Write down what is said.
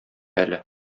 әле